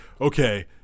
okay